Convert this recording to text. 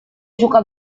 suka